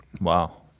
Wow